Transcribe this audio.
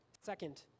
Second